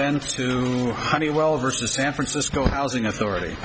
tends to honeywell versus san francisco housing authority